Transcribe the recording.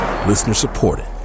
Listener-supported